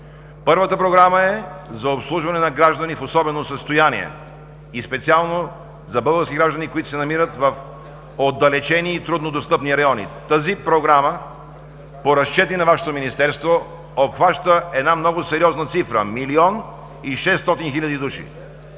Първата Програма е за обслужване на граждани в особено състояние и специално за български граждани, които се намират в отдалечени и трудно достъпни райони. Тази програма по разчети на Вашето министерство обхваща една много сериозна цифра: милион и шестстотин хиляди души.